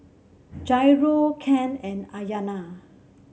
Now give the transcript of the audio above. Jairo Cain and Ayana